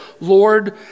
Lord